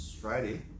friday